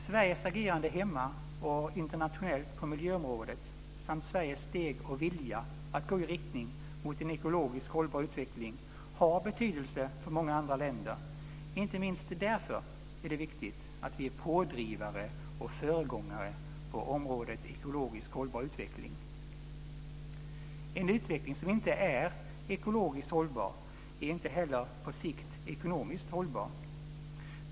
Sveriges agerande hemma och internationellt på miljöområdet samt Sveriges steg och vilja att gå i riktning mot en ekologiskt hållbar utveckling har betydelse för många andra länder. Inte minst därför är det viktigt att vi är pådrivare och föregångare på området ekologiskt hållbar utveckling. En utveckling som inte är ekologiskt hållbar är inte heller på sikt ekonomiskt hållbar.